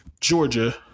Georgia